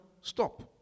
Stop